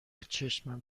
چشمم